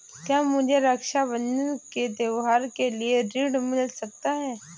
क्या मुझे रक्षाबंधन के त्योहार के लिए ऋण मिल सकता है?